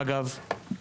אגב,